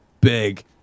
big